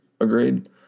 Agreed